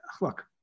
look